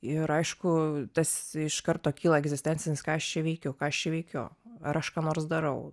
ir aišku tas iš karto kyla egzistencinis ką aš čia veikiu ką aš čia veikiu ar aš ką nors darau